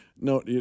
No